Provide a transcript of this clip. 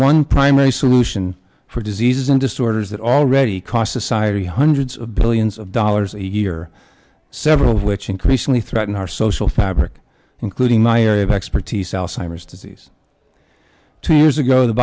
one primary solution for diseases and disorders that already cost society hundreds of billions of dollars a year several of which increasingly threaten our social fabric including my area of expertise alzheimer's disease two years ago the